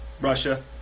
Russia